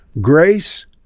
grace